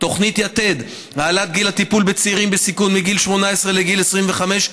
תוכנית ית"ד להעלאת גיל הטיפול בצעירים בסיכון מגיל 18 לגיל 25,